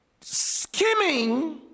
Skimming